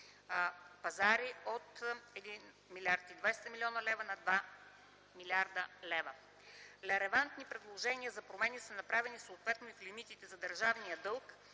пазари от 1 млрд. 200 млн. лв. на 2 млрд. лв. Релевантни предложения за промени са направени съответно и в лимитите за държавния дълг,